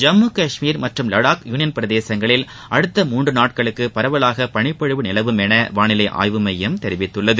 ஜம்மு காஷ்மீர் மற்றும் லடாக் யூனியன் பிரதேசங்களில் அடுத்த மூன்று நாட்களுக்கு பரவலாக பனிப்பொழிவு நிலவும் என் வானிலை ஆய்வு மையம் தெரிவித்துள்ளது